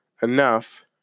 enough